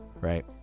right